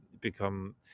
become